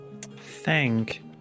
Thank